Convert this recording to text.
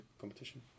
competition